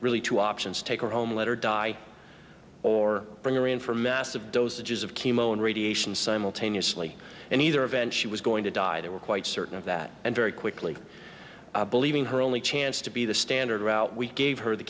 really two options take her home let her die or bring her in for massive dosages of chemo and radiation simultaneously and either event she was going to die they were quite certain of that and very quickly believing her only chance to be the standard route we gave her the